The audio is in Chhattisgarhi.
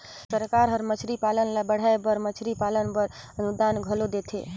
सरकार हर मछरी पालन ल बढ़ाए बर मछरी पालन बर अनुदान घलो देथे